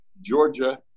Georgia